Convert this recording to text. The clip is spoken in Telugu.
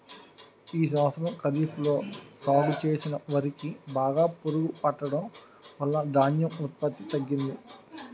ఈ సంవత్సరం ఖరీఫ్ లో సాగు చేసిన వరి కి బాగా పురుగు పట్టడం వలన ధాన్యం ఉత్పత్తి తగ్గింది